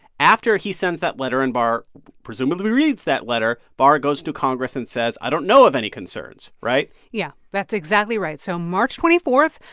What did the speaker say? after he sends that letter and barr presumably reads that letter, barr goes to congress and says, i don't know of any concerns. right? yeah, that's exactly right. so march twenty four,